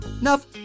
Enough